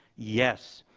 yes.